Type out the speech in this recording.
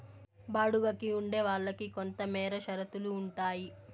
బాడుగికి ఉండే వాళ్ళకి కొంతమేర షరతులు ఉంటాయి